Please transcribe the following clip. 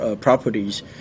properties